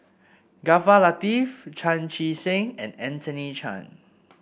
Jaafar Latiff Chan Chee Seng and Anthony Chen